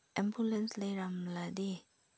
ambulance ꯂꯩꯔꯝꯂꯗꯤ